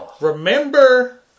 Remember